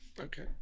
Okay